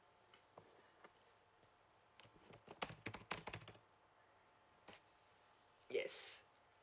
yes